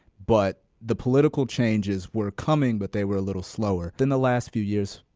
but the political changes were coming, but they were a little slower. then the last few years,